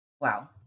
Wow